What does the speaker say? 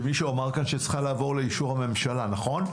צריכה לעבור לאישור הממשלה, נכון,